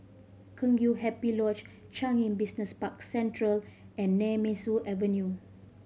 Kheng Chiu Happy Lodge Changi Business Park Central and Nemesu Avenue